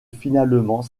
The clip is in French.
finalement